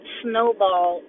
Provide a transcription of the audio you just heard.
snowball